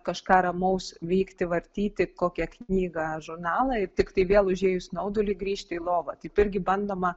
kažką ramaus vykti vartyti kokią knygą žurnalą ir tiktai vėl užėjus snauduliui grįžti į lovą taip irgi bandoma